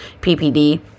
PPD